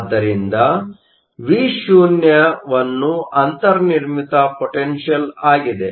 ಆದ್ದರಿಂದ Vo ಅನ್ನು ಅಂತರ್ನಿರ್ಮಿತ ಪೊಟೆನ್ಷಿಯಲ್ ಆಗಿದೆ